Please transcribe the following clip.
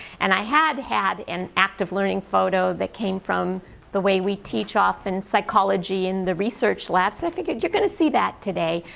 and i had had an active learning photo that came from the way we teach often psychology in the research lab, so i think you're you're going to see that today.